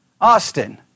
Austin